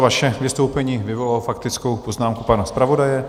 Vaše vystoupení vyvolalo faktickou poznámku pana zpravodaje.